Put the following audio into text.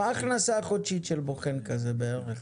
מה ההכנסה החודשית של בוחן כזה בערך?